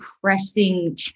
pressing